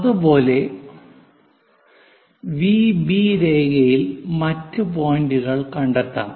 അതുപോലെ വിബി രേഖയിൽ മറ്റ് പോയിന്റുകൾ കണ്ടെത്താം